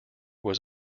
was